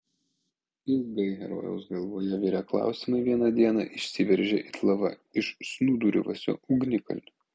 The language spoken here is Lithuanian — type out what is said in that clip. ilgai herojaus galvoje virę klausimai vieną dieną išsiveržė it lava iš snūduriavusio ugnikalnio